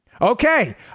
Okay